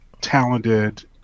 talented